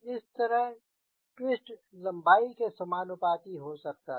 इस तरह ट्विस्ट लंबाई के समानुपाती हो सकता था